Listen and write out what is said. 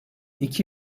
iki